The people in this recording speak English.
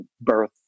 birth